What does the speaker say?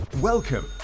Welcome